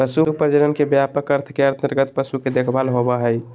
पशु प्रजनन के व्यापक अर्थ के अंतर्गत पशु के देखभाल होबो हइ